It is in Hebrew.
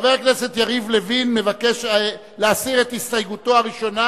חבר הכנסת יריב לוין מבקש להסיר את הסתייגותו הראשונה,